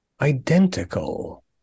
identical